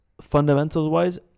fundamentals-wise